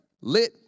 lit